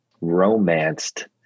romanced